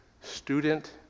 student